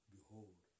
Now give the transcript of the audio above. Behold